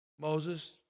Moses